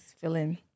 feeling